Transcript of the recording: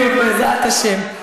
כמו הילדים, בדיוק, בעזרת השם.